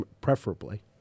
preferably